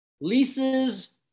leases